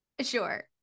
Sure